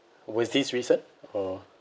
was this recent or